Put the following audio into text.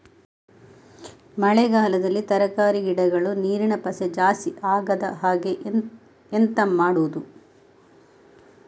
ಮಳೆಗಾಲದಲ್ಲಿ ತರಕಾರಿ ಗಿಡಗಳು ನೀರಿನ ಪಸೆ ಜಾಸ್ತಿ ಆಗದಹಾಗೆ ಎಂತ ಮಾಡುದು?